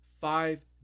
five